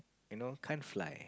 you know can't fly